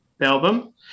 album